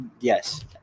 yes